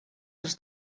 als